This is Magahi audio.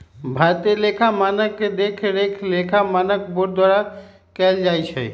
भारतीय लेखा मानक के देखरेख लेखा मानक बोर्ड द्वारा कएल जाइ छइ